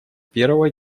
первого